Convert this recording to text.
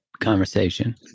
conversation